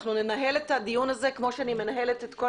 ננהל את הדיון זה כפי שאני מנהלת את כל